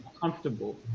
comfortable